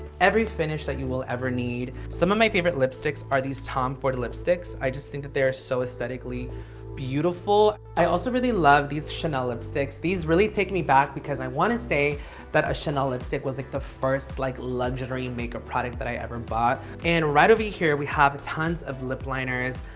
every finish that you will ever need. some of my favorite lipsticks are these tom ford lipsticks. i just think they're so aesthetically beautiful. i also really love these chanel lipsticks. these really take me back because i want to say that a chanel lipstick was like the first, like legendary makeup product that i ever bought. and right over here, we have tons of lip liners.